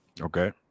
okay